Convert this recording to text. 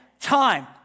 time